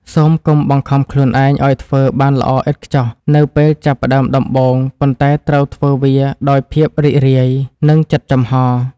សូមកុំបង្ខំខ្លួនឯងឱ្យធ្វើបានល្អឥតខ្ចោះនៅពេលចាប់ផ្តើមដំបូងប៉ុន្តែត្រូវធ្វើវាដោយភាពរីករាយ និង ចិត្តចំហ។